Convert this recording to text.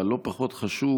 והלא-פחות חשוב,